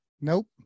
Nope